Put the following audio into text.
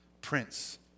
Prince